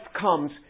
comes